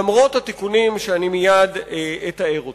למרות התיקונים שאני מייד אתאר אותם.